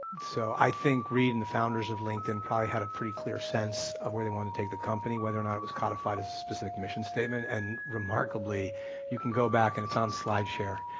so i think reid and the founders of linkedin probably had a pretty clear sense of where they wanted to take the company whether or not it was codified as a specific mission statement and remarkably you can go back and it's on slideshare,